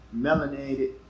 melanated